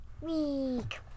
week